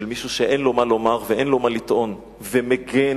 של מישהו שאין לו מה לומר ואין לו מה לטעון, ומגן